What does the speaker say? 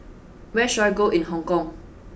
where should I go in Hong Kong